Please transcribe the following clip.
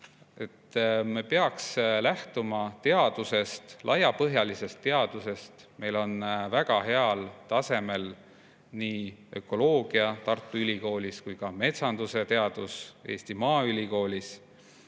Me peaks lähtuma teadusest, laiapõhjalisest teadusest. Meil on väga heal tasemel nii ökoloogia Tartu Ülikoolis kui ka metsandusteadus Eesti Maaülikoolis.